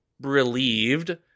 relieved